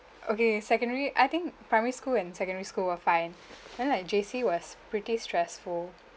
okay secondary I think primary school and secondary school were fine then like J_C was pretty stressful